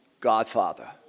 Godfather